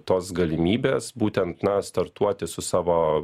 tos galimybės būtent na startuoti su savo